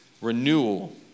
renewal